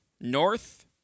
north